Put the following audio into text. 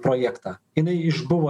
projektą jinai išbuvo